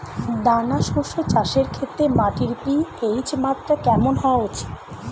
দানা শস্য চাষের ক্ষেত্রে মাটির পি.এইচ মাত্রা কেমন হওয়া উচিৎ?